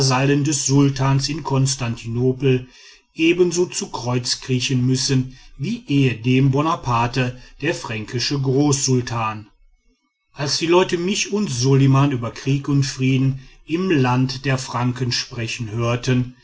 des sultans in konstantinopel ebenso zu kreuz kriechen müssen wie ehedem bonaparte der fränkische großsultan als die leute mich und soliman über krieg und frieden im land der franken sprechen hörten